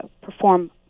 perform